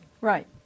Right